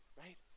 right